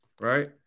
right